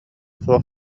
суох